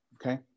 okay